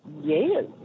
Yes